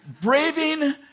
braving